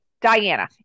Diana